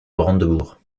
brandebourg